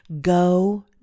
Go